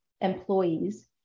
employees